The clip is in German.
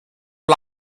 der